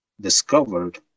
discovered